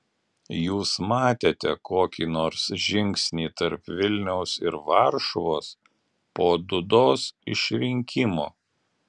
jūs matėte kokį nors žingsnį tarp vilniaus ir varšuvos po dudos išrinkimo